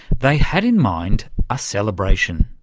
they had in mind a celebration.